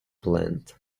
plant